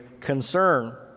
concern